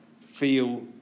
feel